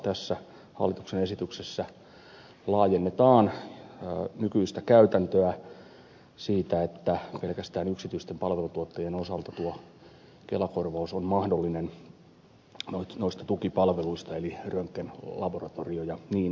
tässä hallituksen esityksessä laajennetaan nykyistä käytäntöä siitä että pelkästään yksityisten palveluntuottajien osalta tuo kelakorvaus on mahdollinen noista tukipalveluista eli röntgenistä laboratoriosta ja niin edelleen